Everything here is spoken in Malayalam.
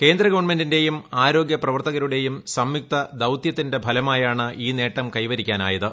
കേന്ദ്ര ഗവൺമെന്റിന്റെയും ആരോഗൃ പ്രവർത്തകരുടെയും സംയുക്ത ദൌതൃത്തിന്റെ ഫലമായാണ് ഈ നേട്ടം കൈവരിക്കാനായത്